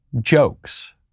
jokes